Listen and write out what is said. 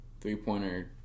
Three-pointer